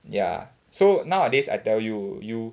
ya so nowadays I tell you you